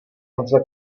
honza